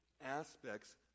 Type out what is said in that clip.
aspects